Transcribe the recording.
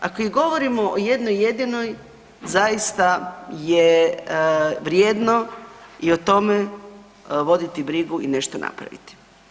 Ako i govorimo o jednoj jedinoj, zaista je vrijedno i o tome voditi brigu i nešto napraviti.